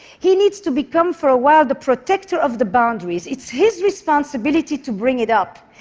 he needs to become, for a while, the protector of the boundaries. it's his responsibility to bring it up,